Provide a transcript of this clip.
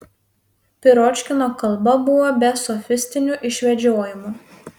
piročkino kalba buvo be sofistinių išvedžiojimų